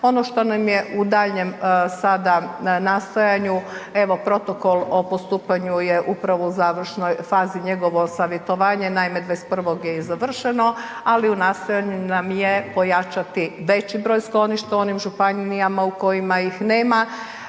Ono što nam je u daljnjem sada nastojanju, evo, protokol o postupanju je upravo u završnoj fazi, njegovo savjetovanje, naime, 21. je i završeno, ali u nastojanju nam je pojačati veći broj skloništa u onim županijama u kojima ih nema.